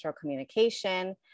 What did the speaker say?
communication